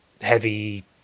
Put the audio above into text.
heavy